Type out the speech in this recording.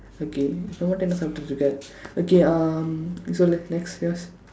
okay ரொம்ப:rompa tender சாப்பிட்டுடிருக்கே:saappitdudirukkee okay um சொல்லு:sollu next yours